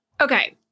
Okay